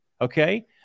Okay